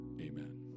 Amen